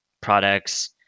products